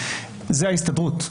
זה ההסתדרות.